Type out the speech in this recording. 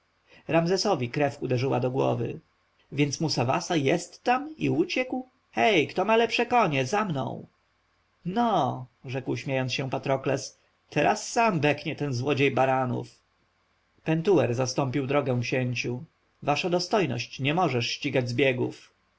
ramzesowi krew uderzyła do głowy więc musawasa jest tam i uciekł hej kto ma lepsze konie za mną no rzekł śmiejąc się patrokles teraz sam beknie ten złodziej baranów pentuer zastąpił drogę księciu wasza dostojność nie możesz ścigać zbiegów